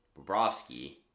Bobrovsky